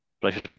pleasure